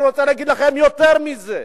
אני רוצה להגיד לכם יותר מזה,